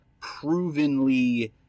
provenly